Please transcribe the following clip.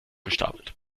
gestapelt